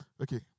Okay